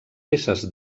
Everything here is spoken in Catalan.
peces